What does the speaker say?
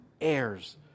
heirs